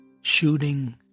Shooting